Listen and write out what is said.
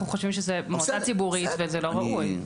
זה מועצה ציבורית וזה לא ראוי.